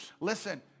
Listen